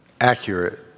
accurate